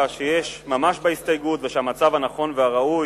שיש ממש בהסתייגות ושהמצב הנכון והראוי